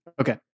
okay